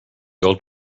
old